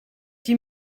die